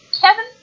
Kevin